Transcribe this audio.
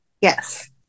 yes